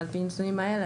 ועל פי הנתונים האלה,